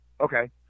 okay